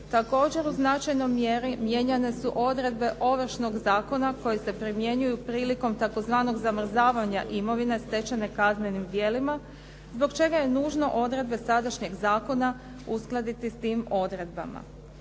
Također, u značajnoj mjeri mijenjane su odredbe Ovršnog zakona koje se primjenjuju prilikom tzv. zamrzavanja imovine stečene kaznenim djelima zbog čega je nužno odredbe sadašnjeg zakona uskladiti s tim odredbama.